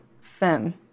thin